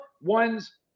ones